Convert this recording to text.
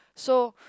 so